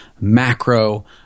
macro